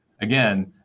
again